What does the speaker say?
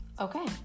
Okay